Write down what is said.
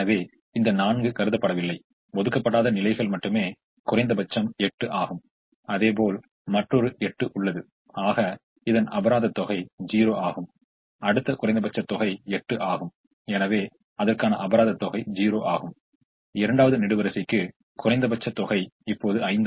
எனவே இதை மூன்றாவது இடத்தில் முயற்சித்தால் அதாவது இந்த நிலையில் a 1 ஐ பொருத்தினால் நமக்கு 1 கிடைக்கும் மேலும் இங்கே 1 வரும் 1 இங்கு வரும் ஆக இதன் செலவு தொகை 5 6 5 3 என்பதை நாம் கவனிக்கிறோம் எனவே அதன் நிகர செலவு 1 ஆகும் ஆக அது லாபகரமானது அல்ல